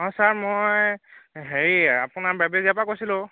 অঁ ছাৰ মই হেৰি আপোনাৰ বেবেজিয়াৰ পৰা কৈছিলোঁ